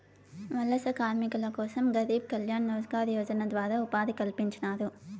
వలస కార్మికుల కోసం గరీబ్ కళ్యాణ్ రోజ్గార్ యోజన ద్వారా ఉపాధి కల్పించినారు